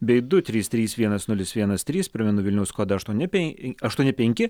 bei du trys trys vienas nulis vienas trys primenu vilniaus kodą aštuoni pen aštuoni penki